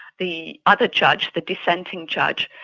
the other judge, the dissenting judge,